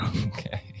Okay